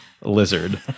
lizard